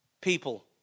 people